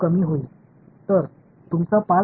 எனவே அந்த நேரத்தில் நீங்கள் நிறுத்த வேண்டும்